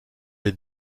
les